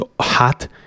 hot